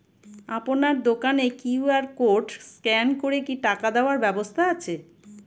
আপনার দোকানে QR code scan করে কি টাকা দেওয়ার ব্যবস্থা আছে?